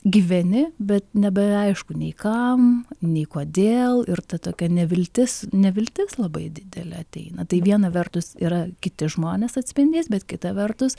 gyveni bet nebeaišku nei kam nei kodėl ir ta tokia neviltis neviltis labai didelė ateina tai viena vertus yra kiti žmonės atspindys bet kita vertus